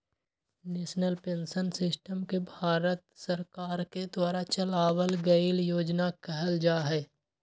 national pension system के भारत सरकार के द्वारा चलावल गइल योजना कहल जा हई